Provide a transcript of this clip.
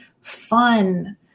fun